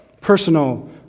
personal